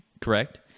correct